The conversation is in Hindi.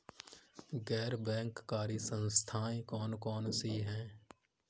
गैर बैंककारी संस्थाएँ कौन कौन सी हैं?